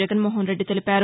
జగన్మోహన్ రెడ్డి తెలిపారు